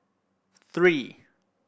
three